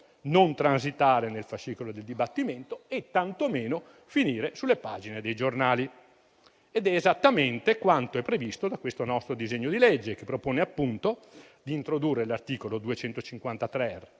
non transitare nel fascicolo del dibattimento e tantomeno finire sulle pagine dei giornali. Ciò è esattamente quanto è previsto da questo nostro disegno di legge, che propone di introdurre l'articolo